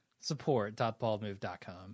Support.baldmove.com